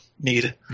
need